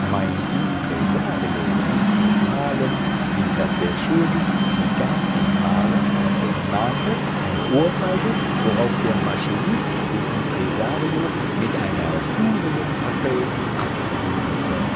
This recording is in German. mein impresario ließ es malen blieb das geld schuldig und gab dem maler als er ihn mahnte eine ohrfeige worauf der maschinist den impresario mit einer furienfackel abprügelte